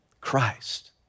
Christ